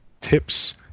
tips